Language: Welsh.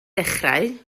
dechrau